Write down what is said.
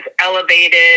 elevated